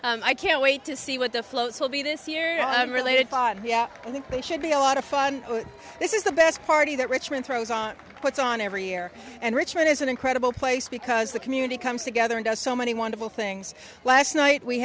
age i can't wait to see what the floats will be this year i'm related thought he and they should be a lot of fun this is the best party that richmond throws on what's on every year and richmond is an incredible place because the community comes together and does so many wonderful things last night we